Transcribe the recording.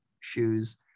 shoes